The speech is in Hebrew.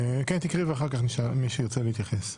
תקראי ואחר כך מי שירצה להתייחס.